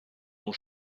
ont